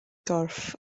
gorff